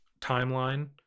timeline